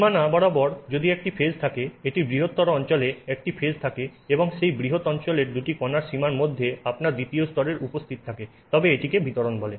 সীমানা বরাবর যদি একটি ফেজ থাকে এটির বৃহত্তর অঞ্চলে একটি ফেজ থাকে এবং সেই বৃহৎ অঞ্চলের দুটি কণার সীমার মধ্যে আপনার দ্বিতীয় স্তরের উপস্থিত থাকে তবে এটিকে বিতরণ বলে